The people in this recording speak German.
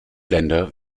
länder